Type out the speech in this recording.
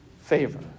favor